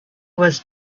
was